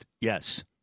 yes